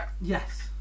Yes